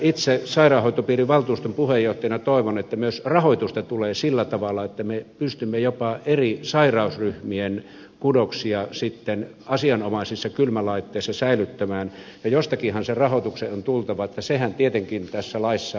itse sairaanhoitopiirin valtuuston puheenjohtajana toivon että myös rahoitusta tulee sillä tavalla että me pystymme jopa eri sairausryhmien kudoksia sitten asianomaisissa kylmälaitteissa säilyttämään ja jostakinhan sen rahoituksen on tultava sehän tietenkin tässä laissa jää auki